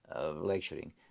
lecturing